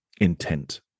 intent